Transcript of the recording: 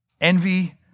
envy